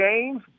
games